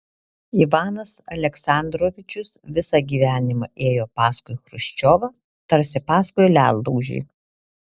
ivanas aleksandrovičius visą gyvenimą ėjo paskui chruščiovą tarsi paskui ledlaužį